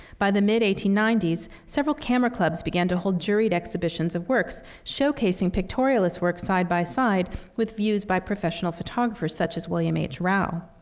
by the mid eighteen ninety s, several camera clubs began to hold juried exhibitions of works, showcasing pictorialist work side by side with views by professional photographers, such as william h. rao.